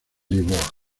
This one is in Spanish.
lisboa